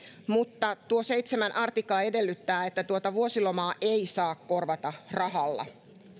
ja tuo seitsemäs artikla edellyttää että vuosilomaa ei saa korvata rahalla